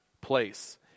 place